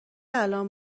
الان